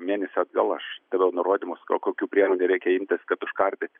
mėnesiu atgal aš daviau nurodymus ko kokių priemonių reikia imtis kad užkardyt